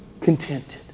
contented